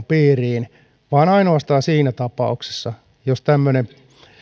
piiriin vaan ainoastaan siinä tapauksessa jos tämmöiset